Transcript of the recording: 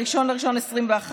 1 בינואר 2021,